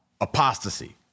apostasy